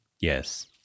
Yes